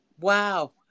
Wow